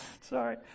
Sorry